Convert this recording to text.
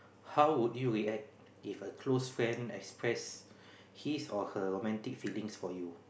how would you react if a close friend express his or her romantic feelings for you